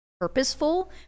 purposeful